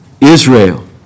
Israel